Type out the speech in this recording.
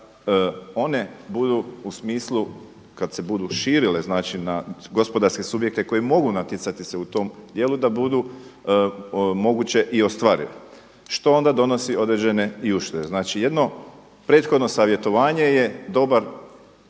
da one budu u smislu kada se budu širile na gospodarske subjekte koji mogu natjecati se u tom dijelu da budu moguće i ostvarive, što onda donosi i određene uštede. Znači jedno prethodno savjetovanje je dobar